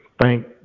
thank